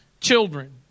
children